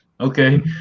okay